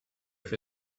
for